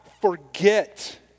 forget